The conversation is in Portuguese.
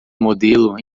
modelo